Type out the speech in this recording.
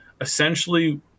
essentially